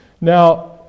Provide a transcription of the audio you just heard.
Now